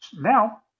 Now